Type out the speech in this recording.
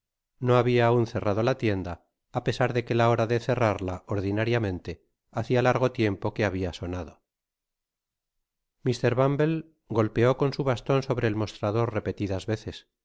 no habia aun cerrado la tienda á pesar de que la hora de cerrarla ordinariamente hacia largo tiempo que habia sonado mr bumble golpeó con su baston sobre el mostrador repelidas veces